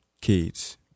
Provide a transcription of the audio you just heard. kids